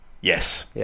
Yes